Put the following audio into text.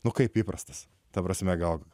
nu kaip įprastas ta prasme gal